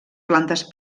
plantes